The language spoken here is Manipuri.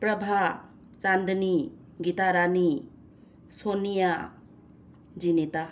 ꯄ꯭ꯔꯚꯥ ꯆꯥꯟꯗꯅꯤ ꯒꯤꯇꯥꯔꯥꯅꯤ ꯁꯣꯅꯤꯌꯥ ꯖꯤꯅꯤꯇꯥ